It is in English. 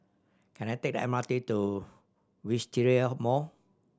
can I take the M R T to Wisteria Mall